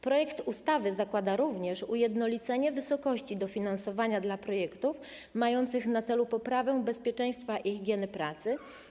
Projekt ustawy zakłada również ujednolicenie wysokości dofinansowania dla projektów mających na celu poprawę bezpieczeństwa i higieny pracy.